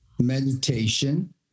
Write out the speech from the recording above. meditation